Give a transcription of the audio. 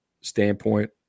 standpoint